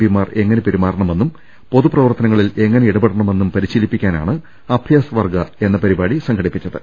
പിമാർ എങ്ങനെ പെരുമാറണമെ ന്നും പൊതുപ്രവർത്തനത്തിൽ എങ്ങനെ ഇടപെടണമെന്നും പരിശീലിപ്പിക്കാനാണ് അഭ്യാസ് വർഗ സംഘടിപ്പിച്ചത്